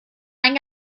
ein